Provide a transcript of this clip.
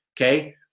Okay